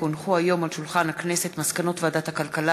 כי הונחו היום על שולחן הכנסת מסקנות ועדת הכלכלה